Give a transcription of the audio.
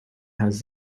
has